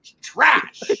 Trash